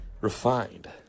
refined